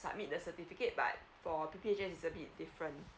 submit the certificate but for P_P_H_S it's a bit different